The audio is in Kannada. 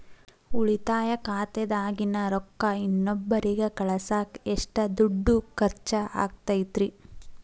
ಉಳಿತಾಯ ಖಾತೆದಾಗಿನ ರೊಕ್ಕ ಇನ್ನೊಬ್ಬರಿಗ ಕಳಸಾಕ್ ಎಷ್ಟ ದುಡ್ಡು ಖರ್ಚ ಆಗ್ತೈತ್ರಿ?